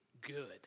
good